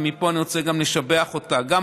ואני רוצה לשבח אותה מפה,